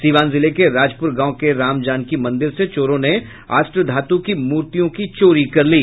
सीवान जिले के राजपुर गांव के राम जानकी मंदिर से चोरों ने अष्टधातु की मूर्तियों की चोरी कर ली